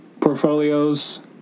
portfolios